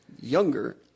younger